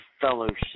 fellowship